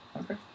Okay